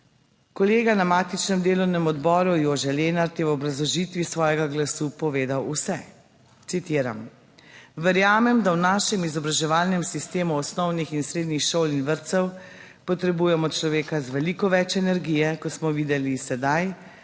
Kolega na matičnem delovnem odboru, Jože Lenart, je v obrazložitvi svojega glasu povedal vse. Citiram: "Verjamem, da v našem izobraževalnem sistemu osnovnih in srednjih šol in vrtcev potrebujemo človeka z veliko več energije, kot smo videli sedaj,